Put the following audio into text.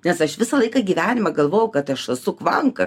nes aš visą laiką gyvenimą galvojau kad aš esu kvanka